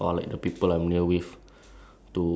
people like around me or something